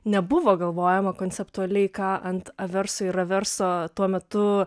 nebuvo galvojama konceptualiai ką ant averso ir reverso tuo metu